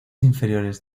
inferiores